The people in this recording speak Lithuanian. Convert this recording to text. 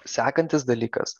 sekantis dalykas